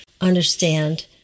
understand